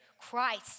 Christ